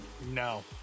No